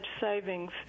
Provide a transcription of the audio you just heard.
savings